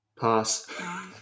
Pass